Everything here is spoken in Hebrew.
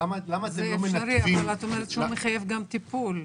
זה אפשרי אבל את אומרת שזה מחייב גם טיפול.